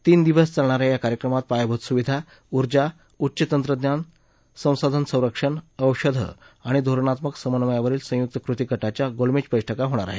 तीन दिवस चालणा या या कार्यक्रमात पायाभूत सुविधा ऊर्जा उच्च तंत्रज्ञान संसाधन संरक्षण औषधं आणि धोरण समन्वयावरील संयुक्त कृती गटाच्या गोलमेज बैठका होणार आहेत